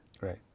Right